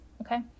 Okay